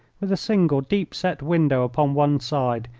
with a single, deep-set window upon one side,